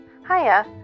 Hiya